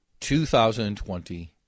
2020